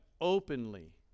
openly